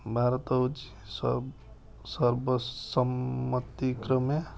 ଭାରତ ହଉଛି ସବ ସର୍ବସମ୍ମତି କ୍ରମେ